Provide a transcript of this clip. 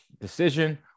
decision